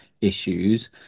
issues